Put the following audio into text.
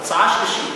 הצעה שלישית.